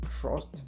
trust